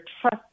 trust